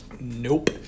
nope